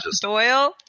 Doyle